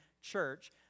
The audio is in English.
church